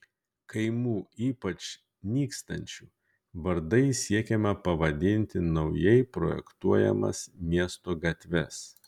kaimų ypač nykstančių vardais siekiama pavadinti naujai projektuojamas miesto gatves